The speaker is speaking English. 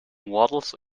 waddles